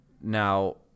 Now